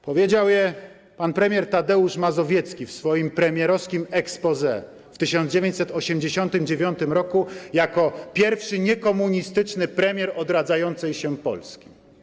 Powiedział je pan premier Tadeusz Mazowiecki w swoim premierowskim exposé w 1989 r. jako pierwszy niekomunistyczny premier odradzającej się Polski.